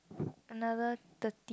another thirty